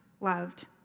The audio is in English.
loved